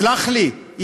סלח לי.